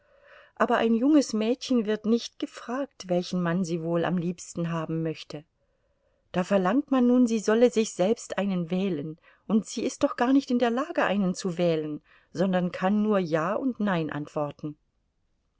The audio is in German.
aber ein junges mädchen wird nicht gefragt welchen mann sie wohl am liebsten haben möchte da verlangt man nun sie solle sich selbst einen wählen und sie ist doch gar nicht in der lage einen zu wählen sondern kann nur ja und nein antworten